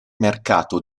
mercato